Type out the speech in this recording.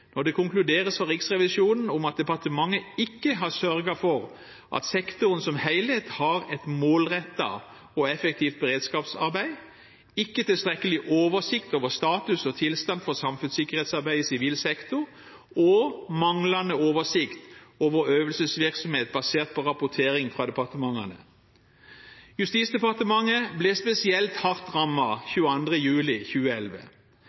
når det konkluderes fra Riksrevisjonen at departementet ikke har sørget for at sektoren som helhet har et målrettet og effektivt beredskapsarbeid, ikke tilstrekkelig oversikt over status og tilstand for samfunnssikkerhetsarbeidet i sivil sektor og manglende oversikt over øvelsesvirksomhet basert på rapportering fra departementene. Justisdepartementet ble spesielt hardt rammet 22. juli 2011.